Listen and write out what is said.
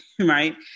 Right